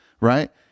Right